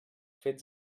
fets